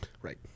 Right